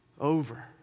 over